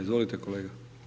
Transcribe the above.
Izvolite kolega.